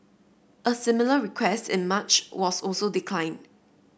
a similar request in March was also declined